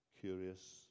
curious